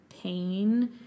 pain